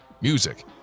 music